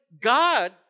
God